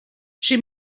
she